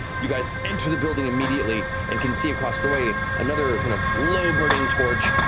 you guys enter the building immediately and can see across the way another kind of low burning torch,